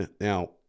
now